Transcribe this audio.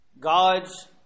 God's